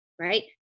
right